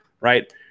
right